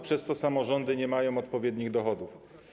Przez to samorządy nie mają odpowiednich dochodów.